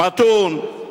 מתון,